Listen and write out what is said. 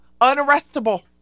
Unarrestable